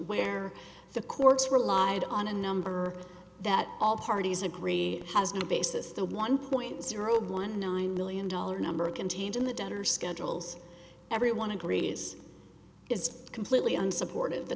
where the courts relied on a number that all parties agree has no basis the one point zero one nine million dollar number contained in the debtor schedules everyone agrees is completely unsupportive the